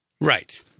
Right